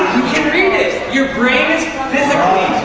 can read it. your brain is physically